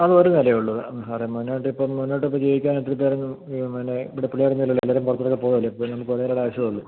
അതൊരു നിലയെ ഉള്ളു വേറെ മുന്നോട്ടിപ്പം മുന്നോട്ടിപ്പം ചെയ്യിക്കാൻ പുള്ളിക്കാരൻ പിന്നെ ഇവിടെ പിള്ളേരൊന്നുമില്ലല്ലോ എല്ലാവരും പുറത്തോട്ടൊക്കെ പോകുവല്ലേ അപ്പം പിന്നെ ഒരു നിലയുടെ ആവശ്യമേയുള്ളു